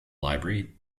library